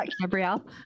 Gabrielle